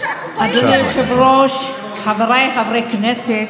אדוני היושב-ראש, חבריי חברי הכנסת,